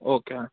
okay అండి